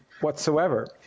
whatsoever